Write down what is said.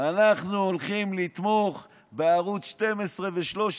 אנחנו הולכים לתמוך בערוץ 12 ו-13,